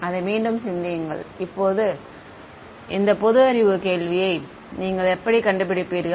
அதை மீண்டும் சிந்தியுங்கள் இந்த பொது அறிவு கேள்வியை நீங்கள் எப்படிக் கண்டுபிடிப்பீர்கள்